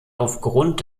aufgrund